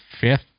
fifth